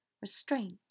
restraint